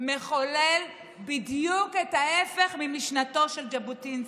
מחולל בדיוק את ההפך ממשנתו של ז'בוטינסקי.